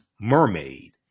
mermaid